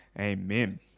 Amen